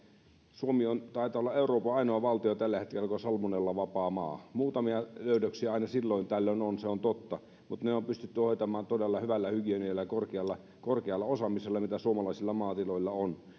suomi taitaa olla euroopan ainoa valtio tällä hetkellä joka on salmonellavapaa maa muutamia löydöksiä aina silloin tällöin on se on totta mutta ne on pystytty hoitamaan todella hyvällä hygienialla ja korkealla korkealla osaamisella mitä suomalaisilla maatiloilla on